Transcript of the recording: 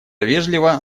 вежливо